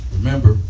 Remember